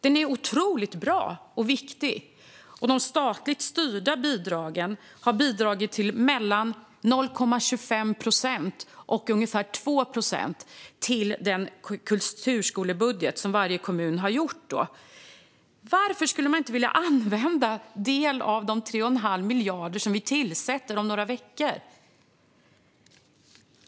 Den är otroligt bra och viktig, och de statligt styrda bidragen har bidragit med mellan 0,25 procent och ungefär 2 procent till den kulturskolebudget som varje kommun har gjort. Varför skulle man inte vilja använda en del av de 3 1⁄2 miljarder som vi avsätter om några veckor?